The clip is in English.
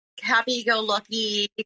happy-go-lucky